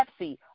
Pepsi